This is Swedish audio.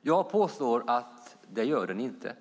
Jag påstår att den inte gör det.